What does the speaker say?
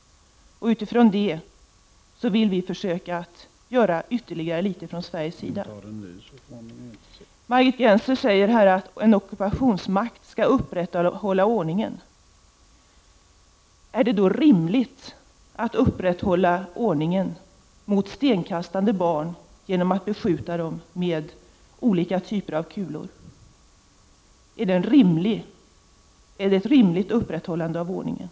Utifrån det vill vi försöka göra ytterligare litet grand från svensk sida. Margit Gennser säger att en ockupationsmakt skall upprätthålla ordningen. Men är det rimligt att upprätthålla ordningen genom att beskjuta stenkastande barn med olika typer av kulor? Är det ett rimligt upprätthållande av ordningen?